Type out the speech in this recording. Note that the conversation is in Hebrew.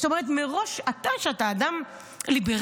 זאת אומרת, מראש אתה, שאתה אדם ליברל,